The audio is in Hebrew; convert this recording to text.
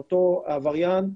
לאותו עבריין,